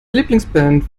lieblingsband